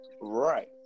Right